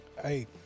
Hey